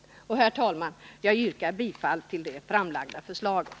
21 Herr talman! Jag yrkar bifall till det framlagda förslaget.